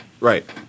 Right